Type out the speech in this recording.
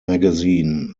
magazine